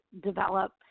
develop